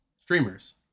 streamers